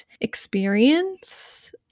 experience